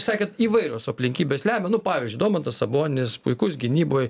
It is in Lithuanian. sakėt įvairios aplinkybės lemia nu pavyzdžiui domantas sabonis puikus gynyboj